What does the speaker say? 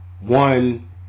one